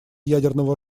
ядерного